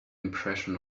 impression